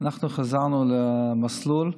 אנחנו חזרנו למסלול,